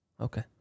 Okay